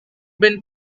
been